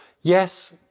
yes